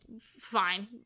fine